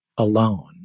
Alone